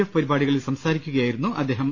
F പരിപാടികളിൽ സംസാരിക്കുകയാ യിരുന്നു അദ്ദേഹം